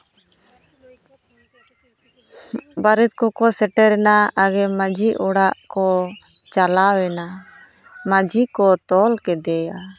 ᱵᱟᱨᱮᱛ ᱠᱚᱠᱚ ᱥᱮᱴᱮᱨᱮᱱᱟ ᱟᱜᱮ ᱢᱟᱹᱡᱷᱤ ᱚᱲᱟᱜ ᱠᱚ ᱪᱟᱞᱟᱣᱮᱱᱟ ᱢᱟᱹᱡᱷᱤ ᱠᱚ ᱛᱚᱞ ᱠᱮᱫᱮᱭᱟ